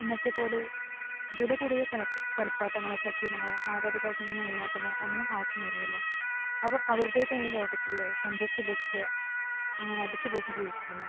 ഇന്നത്തെ പോലെ വില കൂടിയ കളിപ്പ് കളിപ്പാട്ടങ്ങളോ സജ്ജീകരണങ്ങളോ മാതാപിതാക്കളുടെ മേൽനോട്ടമോ ഒന്നും ആവശ്യമായിരുന്നില്ല അവർ അവരുടേതായ ലോകത്തിൽ സന്തോഷിച്ചു ഉല്ലസിച്ച് അങ്ങനെ അടിച്ചു പൊളിച്ചു ജീവിച്ചിരുന്നു